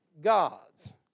God's